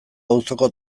auzoko